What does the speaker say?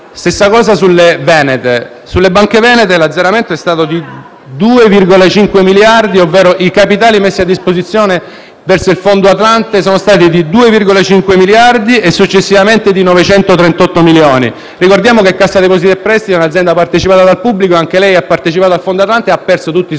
Stessa cosa sulle banche venete, dove l'azzeramento è stato di 2,5 miliardi: i capitali messi a disposizione del Fondo Atlante sono stati di 2,5 miliardi e successivamente di 938 milioni. Ricordiamo che Cassa depositi e prestiti è un'azienda partecipata dal pubblico, anch'essa ha partecipato a Fondo Atlante e ha perso tutti i soldi,